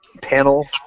panel